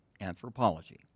anthropology